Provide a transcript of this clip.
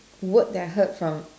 word that I heard from